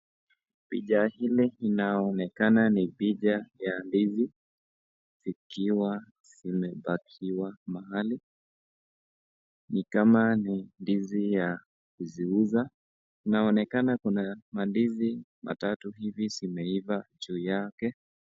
Picha hili inaonekana ni picha ya ndizi ikiwa zimepakiwa mahali, ni kama ni ndizi ya kuziuza . Inaonekana kuna mandizi matatu hivi zimeiva juu yake.